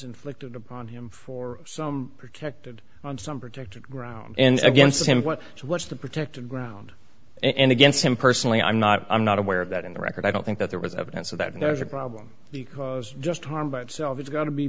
inflicted upon him for some protected on some protected ground and against him so what's the protected ground and against him personally i'm not i'm not aware of that in the record i don't think that there was evidence of that and there's a problem because just harm by itself it's got to be